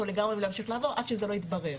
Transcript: לגמרי להמשיך לעבוד עד שזה לא יתברר.